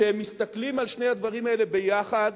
כשמסתכלים על שני הדברים האלה יחד